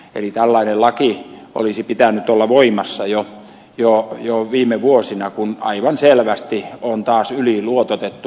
eli tällaisen lain olisi pitänyt olla voimassa jo viime vuosina kun aivan selvästi on taas yliluototettu